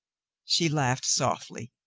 she laughed softly,